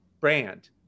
brand